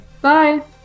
Bye